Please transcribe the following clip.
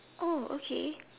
oh okay